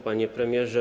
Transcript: Panie Premierze!